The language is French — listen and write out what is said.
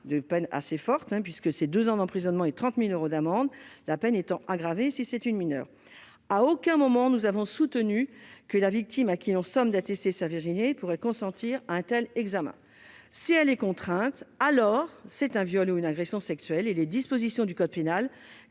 des peines fortes de deux ans d'emprisonnement et de 30 000 euros d'amende, la peine étant aggravée si c'est une mineure. À aucun moment, nous n'avons soutenu que « la victime à qui l'on somme d'attester de sa virginité pourrait consentir à un tel examen ». Si elle est contrainte, alors c'est un viol ou une agression sexuelle et les dispositions du code pénal